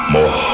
More